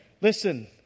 Listen